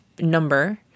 number